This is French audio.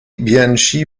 bianchi